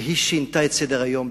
והיא שינתה את סדר-היום בארצות-הברית.